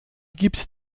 gibt